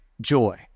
joy